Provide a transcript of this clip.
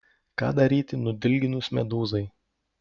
ką daryti nudilginus medūzai